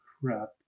crap